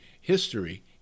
history